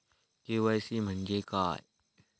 KYC म्हणजे काय?